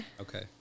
Okay